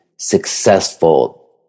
successful